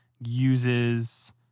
uses